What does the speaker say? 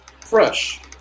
fresh